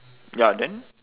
ya then